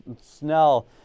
Snell